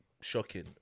shocking